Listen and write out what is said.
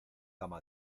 cama